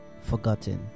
forgotten